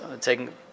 taking